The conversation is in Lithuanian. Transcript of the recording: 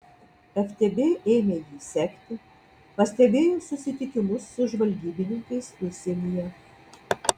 ftb ėmė jį sekti pastebėjo susitikimus su žvalgybininkais užsienyje